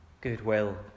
goodwill